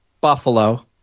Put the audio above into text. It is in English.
Buffalo